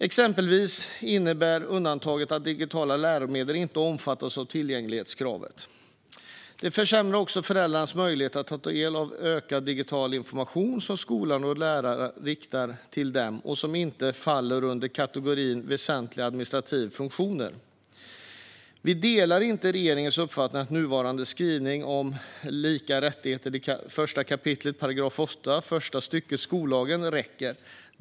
Exempelvis innebär undantaget att digitala läromedel inte omfattas av tillgänglighetskravet. Detta försämrar också föräldrarnas möjligheter att ta del av den ökande digitala information som skolan och lärarna riktar till dem och som inte faller under kategorin väsentliga administrativa funktioner. Vi delar inte regeringens uppfattning att nuvarande skrivning om lika rättigheter i 1 kap. 8 § första stycket skollagen räcker.